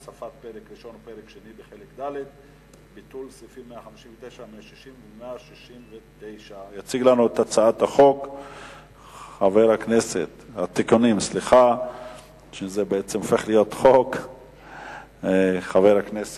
2. הוספת פרק ראשון ופרק שני בחלק ד'; 3. ביטול